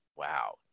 wow